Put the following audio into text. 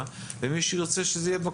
ומי שירצה שזה יהיה אצלו בבית,